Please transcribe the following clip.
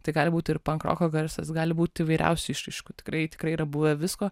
tai gali būti ir pankroko garsas gali būti įvairiausių išraiškų tikrai tikrai yra buvę visko